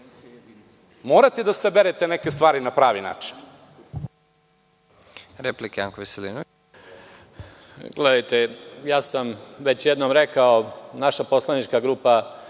Morate da saberete neke stvari na pravi način.